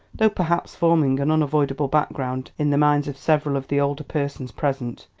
though perhaps forming an unavoidable background in the minds of several of the older persons present,